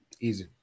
Easy